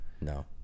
No